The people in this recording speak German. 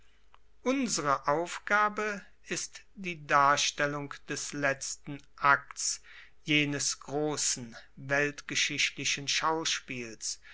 unsere aufgabe ist die darstellung des letzten akts jenes grossen weltgeschichtlichen schauspiels